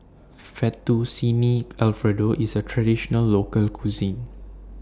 Fettuccine Alfredo IS A Traditional Local Cuisine